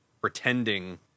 pretending